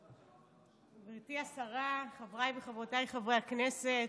גברתי השרה, חבריי וחברותיי חברי הכנסת,